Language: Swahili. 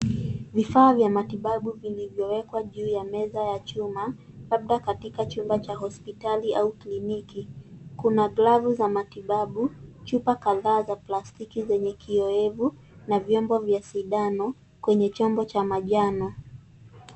Vifaa vya matibabu vilivyowekwa juu ya meza ya chuma, labda katika chumba cha hospitali au kliniki. Kuna glavu za matibabu, chupa kadhaa za plastiki zenye kioevu, na vyombo vya sindano kwenye chombo cha manjano.